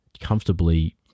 comfortably